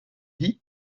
dit